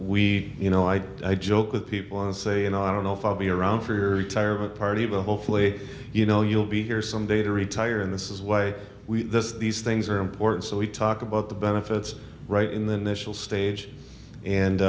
we you know i joke with people and say you know i don't know if i'll be around for your retirement party but hopefully you know you'll be here some day to retire and this is why these things are important so we talk about the benefits right in the national stage and